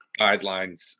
guidelines